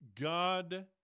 God